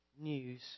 news